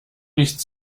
nichts